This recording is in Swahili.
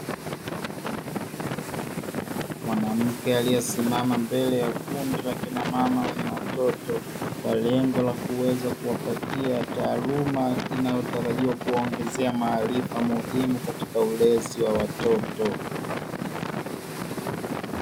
Mwanamke aliyesimama mbele ya kundi la kinamama wenye watoto, kwa lengo la kuweza kuwapatia taaluma; inayotarajiwa kuwaongezea maarifa muhimu katika ulezi ya watoto.